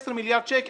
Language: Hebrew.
15 מיליון שקלים.